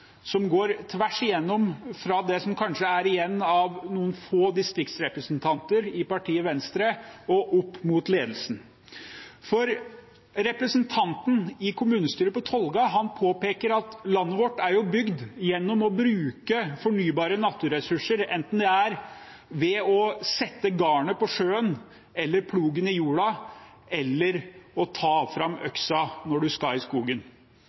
som går tvers igjennom partiet Venstre, fra det som kanskje er igjen av noen få distriktsrepresentanter i partiet og opp mot ledelsen. Kommunestyrerepresentanten i Tolga påpeker at landet vårt er bygd gjennom å bruke fornybare naturressurser, enten det er ved å sette garnet i sjøen, sette plogen i jorda eller ta fram øksa når en skal i skogen.